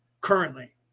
currently